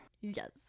Yes